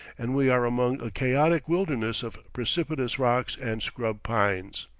and we are among a chaotic wilderness of precipitous rocks and scrub pines.